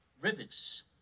Rivets